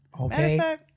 Okay